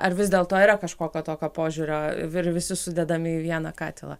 ar vis dėl to yra kažkokio tokio požiūrio ir visi sudedami į vieną katilą